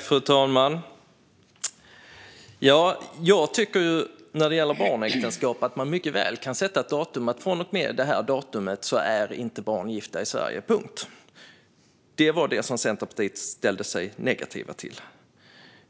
Fru talman! När det gäller barnäktenskap tycker jag att man mycket väl kan sätta ett datum och säga: Från och med detta datum är barn inte längre gifta i Sverige. Punkt. Detta ställde sig Centerpartiet negativt till,